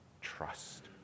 trust